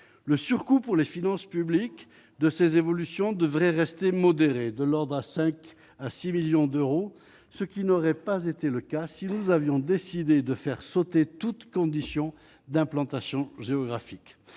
le surcoût pour les finances publiques de ces évolutions devraient rester modérées, de l'ordre à 5 1 6 millions d'euros, ce qui n'aurait pas été le cas, si nous avions décidé de faire sauter toutes conditions d'implantation géographique